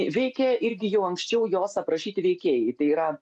veikia irgi jau anksčiau jos aprašyti veikėjai tai yra